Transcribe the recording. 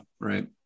right